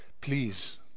Please